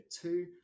two